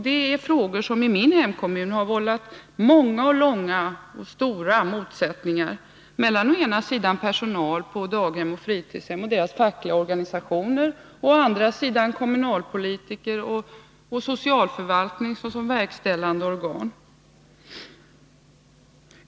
Det är frågor som i min hemkommun vållat många, långa och stora motsättningar mellan å ena sidan personal på daghem och fritidshem och deras fackliga organisationer och å andra sidan kommunalpolitiker och socialförvaltning såsom verkställande organ.